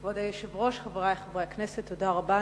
כבוד היושב-ראש, חברי חברי הכנסת, תודה רבה.